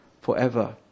forever